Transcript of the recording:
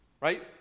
right